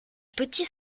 petit